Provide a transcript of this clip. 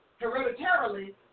Hereditarily